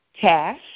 cash